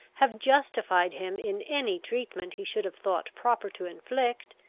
have justified him in any treatment he should have thought proper to inflict,